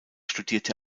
studierte